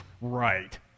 right